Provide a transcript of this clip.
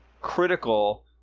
critical